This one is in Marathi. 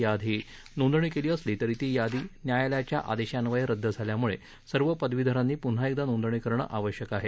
या आधी नोंदणी केली असली तरी ती यादी न्यायालयाच्या आदेशान्वये रद्द झाल्यामुळे सर्व पदवीधरांनी पुन्हा नोंदणी करणं आवश्यक आहे